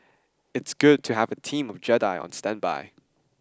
it's good to have a team of Jedi on standby